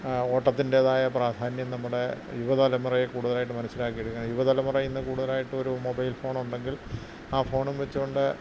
ഓട്ടത്തിൻ്റേതായ പ്രധാന്യം നമ്മുടെ യുവ തലമുറയെ കൂടുതലായിട്ട് മനസ്സിലാക്കിയെടുക്കാൻ യുവ തലമുറ ഇന്ന് കൂടുതലായിട്ടും ഒരു മൊബൈൽ ഫോണുണ്ടെങ്കിൽ ആ ഫോണും വച്ച് കൊണ്ട്